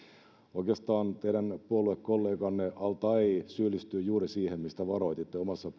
oikeastaan teidän puoluekolleganne al taee syyllistyy juuri siihen mistä varoititte omassa